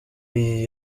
iyi